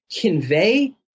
convey